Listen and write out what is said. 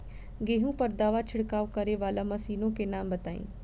गेहूँ पर दवा छिड़काव करेवाला मशीनों के नाम बताई?